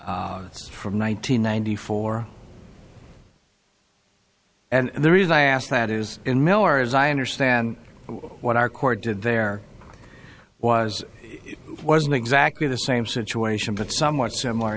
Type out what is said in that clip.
hundred ninety four and the reason i ask that is in miller as i understand what our court did there was wasn't exactly the same situation but somewhat similar